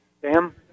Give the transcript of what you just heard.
Sam